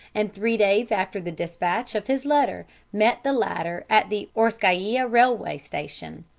and three days after the despatch of his letter met the latter at the orskaia railway station.